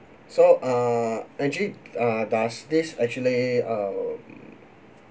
so err actually ah does this actually err um